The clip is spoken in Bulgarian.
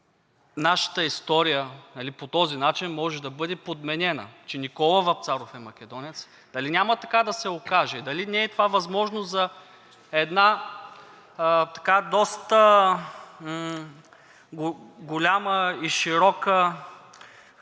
нашата история по този начин може да бъде подменена, че Никола Вапцаров е македонец… Дали няма така да се окаже, дали това не е една доста голяма и широка